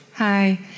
Hi